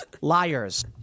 liars